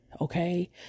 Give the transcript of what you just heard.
Okay